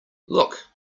look